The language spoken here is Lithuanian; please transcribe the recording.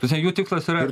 ta prasme jų tikslas yra